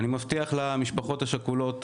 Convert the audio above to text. אני מבטיח למשפחות השכולות